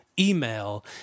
email